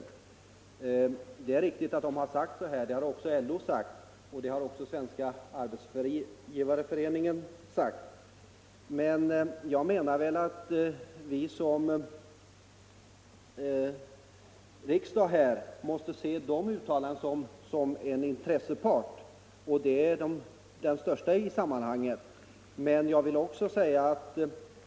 Det är riktigt att TCO sagt så här, det har också LO sagt liksom Svenska arbetsgivareföreningen. Men vi måste se de uttalandena som uttalanden av en intressepart, visserligen den största i sammanhanget.